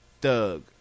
thug